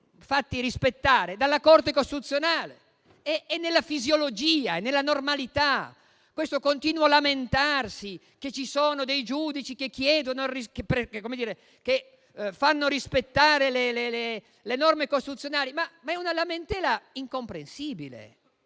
fatti rispettare dalla Corte costituzionale; è nella fisiologia, è nella normalità. Il continuo lamentarsi che ci sono dei giudici che fanno rispettare le norme costituzionali è incomprensibile.